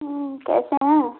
कैसे हैं